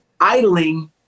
idling